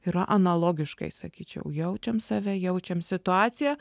yra analogiškai sakyčiau jaučiam save jaučiam situaciją